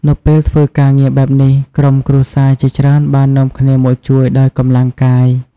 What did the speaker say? នៅពេលធ្វើការងារបែបនេះ ក្រុមគ្រួសារជាច្រើនបាននាំគ្នាមកជួយដោយកម្លាំងកាយ។